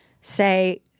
say